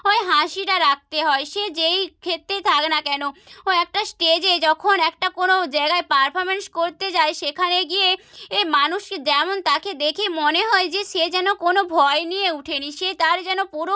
ওই হাসিটা রাখতে হয় সে যেই ক্ষেত্রেই থাক না কেন ও একটা স্টেজে যখন একটা কোনো জায়গায় পারফরমেন্স করতে যায় সেখানে গিয়ে এ মানুষ যেমন তাকে দেখে মনে হয় যে সে যেন কোনো ভয় নিয়ে ওঠেনি সে তার যেন পুরো